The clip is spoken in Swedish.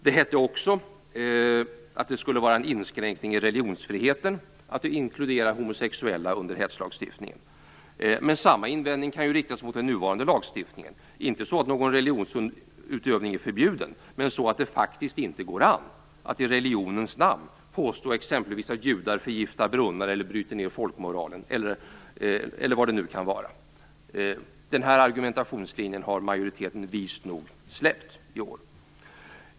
Det hette också att det skulle vara en inskränkning i religionsfriheten att inkludera homosexuella i hetslagstiftningen. Men samma invändning kan ju riktas mot den nuvarande lagstiftningen. Inte så att någon religionsutövning är förbjuden, men att det faktiskt inte går an att i religionens namn påstå exempelvis att judar förgiftar brunnar, bryter ned folkmoralen eller vad det kan vara. Den här argumentationslinjen har majoriteten vist nog släppt i år.